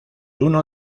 uno